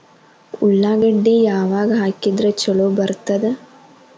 ಉಳ್ಳಾಗಡ್ಡಿ ಯಾವಾಗ ಹಾಕಿದ್ರ ಛಲೋ ಬರ್ತದ?